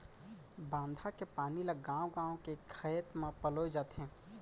बांधा के पानी ल गाँव गाँव के खेत म पलोए जाथे